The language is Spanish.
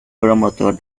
promotor